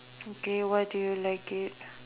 okay why do you like it